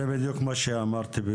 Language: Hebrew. זה בדיוק מה שאמרתי,